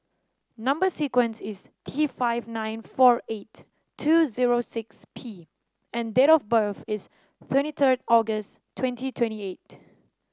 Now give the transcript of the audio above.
number sequence is T five nine four eight two zero six P and date of birth is twenty third August twenty twenty eight